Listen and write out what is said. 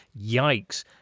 Yikes